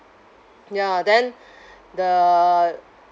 ya then the